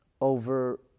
over